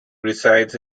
resides